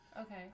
Okay